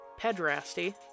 pedrasty